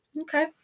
Okay